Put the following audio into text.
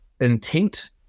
intent